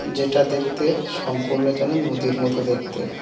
যেটা দেখতে সম্পূর্ণ যেন নদীর মতো দেখতে